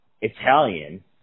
Italian